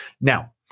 Now